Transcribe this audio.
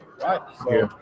Right